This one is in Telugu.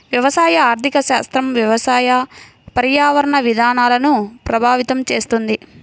వ్యవసాయ ఆర్థిక శాస్త్రం వ్యవసాయ, పర్యావరణ విధానాలను ప్రభావితం చేస్తుంది